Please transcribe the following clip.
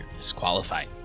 disqualified